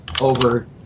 over